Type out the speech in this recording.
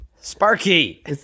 Sparky